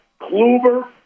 Kluber